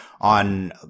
on